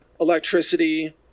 electricity